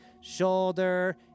shoulder